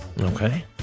Okay